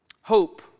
Hope